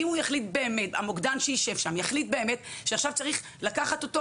אם המוקדן שישב שם יחליט שצריך לקחת אותו